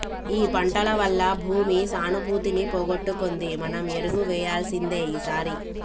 ఈ పంటల వల్ల భూమి సానుభూతిని పోగొట్టుకుంది మనం ఎరువు వేయాల్సిందే ఈసారి